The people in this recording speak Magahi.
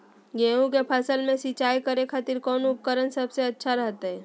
गेहूं के फसल में सिंचाई करे खातिर कौन उपकरण सबसे अच्छा रहतय?